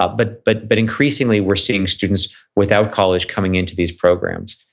ah but but but increasingly we're seeing students without college coming into these programs.